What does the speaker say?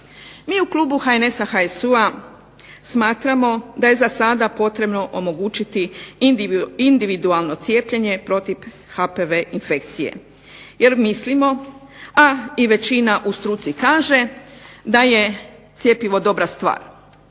Mi u klubu HNS-HSU-a smatramo da je zasada potrebno omogućiti individualno cijepljenje protiv HPV infekcije jer mislimo, a i većina u struci kaže, da je cjepivo dobra stvar.